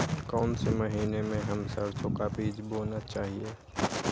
कौन से महीने में हम सरसो का बीज बोना चाहिए?